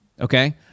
okay